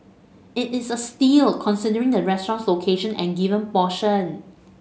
it is a steal considering the restaurant's location and given portion